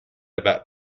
about